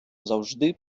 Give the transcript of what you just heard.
завжди